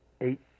eight